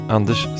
Anders